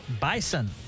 Bison